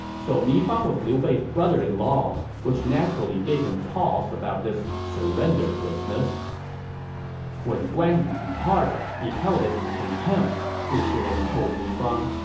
so mi fang was liu bei's brother-in-law, which naturally gave him pause about this surrender business when guan yu departed, he held us in contempt, fu shiren told mi fang.